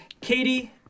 katie